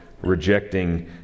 rejecting